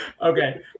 Okay